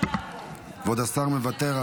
כבוד השר מוותר.